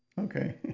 okay